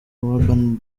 urban